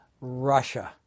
Russia